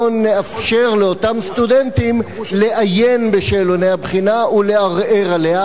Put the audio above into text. נאפשר לאותם סטודנטים לעיין בשאלוני הבחינה ולערער עליה,